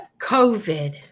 covid